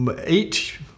eight